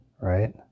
right